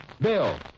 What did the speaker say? Bill